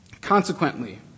Consequently